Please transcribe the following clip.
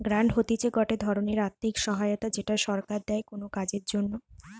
grant হতিছে গটে ধরণের আর্থিক সহায়তা যেটা সরকার দেয় কোনো কাজের জন্যে